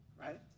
right